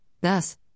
thus